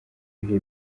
bihe